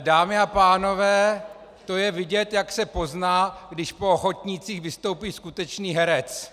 Dámy a pánové, to je vidět, jak se pozná, když po ochotnících vystoupí skutečný herec.